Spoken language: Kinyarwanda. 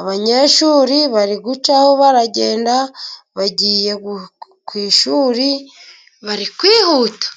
abanyeshuri bari gucaho，baragenda bagiye ku ishuri，bari kwihuta.